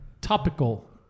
topical